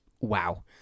wow